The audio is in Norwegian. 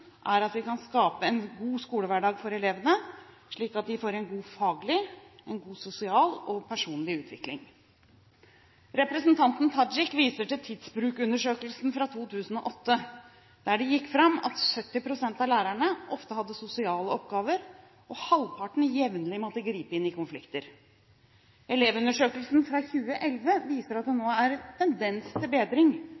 er at vi kan skape en god skolehverdag for elevene, slik at de får en god faglig, en god sosial og personlig utvikling. Representanten Tajik viser til Tidsbruksundersøkelsen fra 2008, der det gikk fram at 70 pst. av lærerne ofte hadde sosiale oppgaver – og halvparten jevnlig måtte gripe inn i konflikter. Elevundersøkelsen fra 2011 viser at det nå